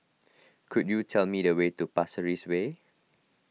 could you tell me the way to Pasir Ris Way